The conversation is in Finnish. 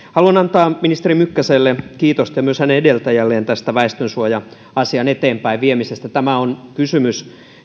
haluan antaa ministeri mykkäselle kiitosta ja myös hänen edeltäjälleen tästä väestönsuoja asian eteenpäinviemisestä tämä on kysymys